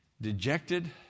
dejected